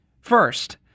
First